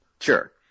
Sure